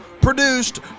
produced